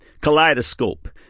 Kaleidoscope